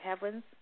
heavens